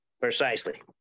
Precisely